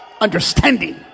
understanding